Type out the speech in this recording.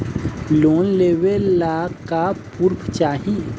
Loan लेवे ला का पुर्फ चाही?